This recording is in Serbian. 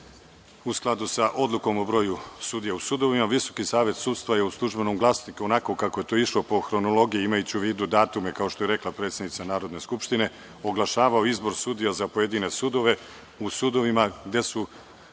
u skladu sa Odlukom o broju sudija u sudovima, VSS je u „Službenom glasniku“, onako kako je to išlo po hronologiji, imajući u vidu datume, kao što je rekla predsednica Narodne skupštine, oglašavao izbor sudija za pojedine sudove u sudovima gde je